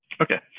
okay